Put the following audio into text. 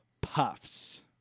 Puffs